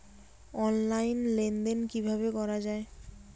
Online লেনদেন কিভাবে করা হয়?